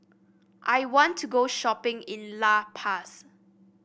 I want to go shopping in La Paz